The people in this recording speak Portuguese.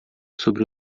sobre